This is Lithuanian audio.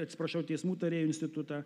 atsiprašau teismų tarėjų institutą